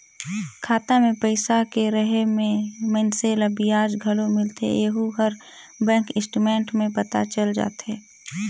खाता मे पइसा के रहें ले मइनसे ल बियाज घलो मिलथें येहू हर बेंक स्टेटमेंट में पता चल जाथे